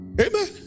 Amen